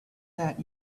that